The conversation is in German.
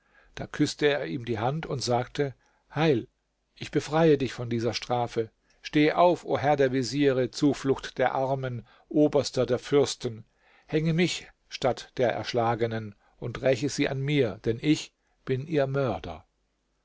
da küßte er ihm die hand und sagte heil ich befreie dich von dieser strafe steh auf o herr der veziere zuflucht der armen oberster der fürsten hänge mich statt der erschlagenen und räche sie an mir denn ich bin ihr mörder